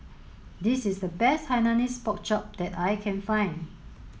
this is the best Hainanese pork chop that I can find